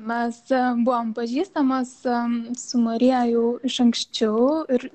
mes buvom pažįstamos su marija jau iš anksčiau ir